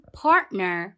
partner